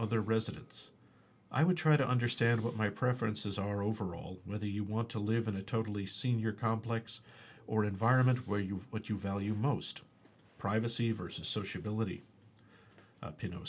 other residents i would try to understand what my preferences are overall whether you want to live in a totally senior complex or environment where you've what you value most privacy versus sociability you know